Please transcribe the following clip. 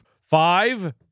Five